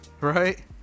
right